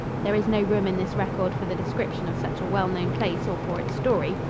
there is no room in this record for the description of such a well known place or for its story.